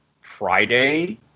Friday